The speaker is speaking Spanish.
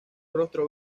rostro